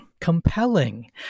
compelling